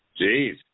Jeez